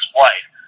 White